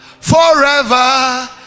forever